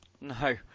No